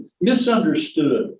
misunderstood